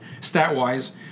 stat-wise